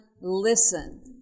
listen